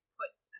puts